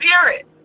Spirit